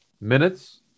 minutes